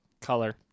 Color